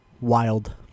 Wild